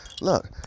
look